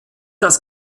das